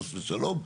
חס ושלום,